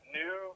new